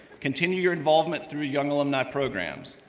continue your involvement through young alumni programs.